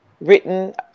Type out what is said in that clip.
written